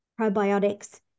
probiotics